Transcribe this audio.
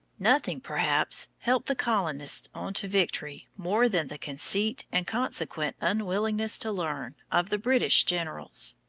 nothing, perhaps, helped the colonists on to victory more than the conceit, and consequent unwillingness to learn, of the british generals.